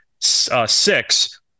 six